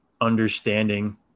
understanding